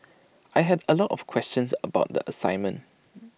I had A lot of questions about the assignment